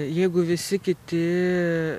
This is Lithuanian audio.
jeigu visi kiti